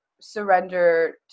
surrender